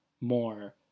more